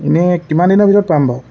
এনেই কিমান দিনৰ ভিতৰত পাম বাৰু